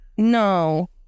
No